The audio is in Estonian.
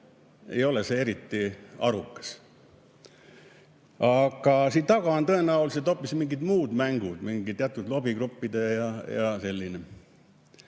ei ole see eriti arukas. Aga siin taga on tõenäoliselt hoopis mingid muud mängud, teatud lobigruppide huvid